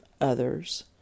others